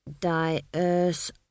diverse